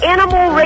Animal